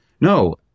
No